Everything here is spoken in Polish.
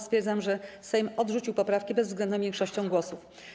Stwierdzam, że Sejm odrzucił poprawki bezwzględną większością głosów.